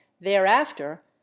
thereafter